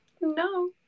no